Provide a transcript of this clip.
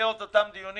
שבמסגרת אותם דיונים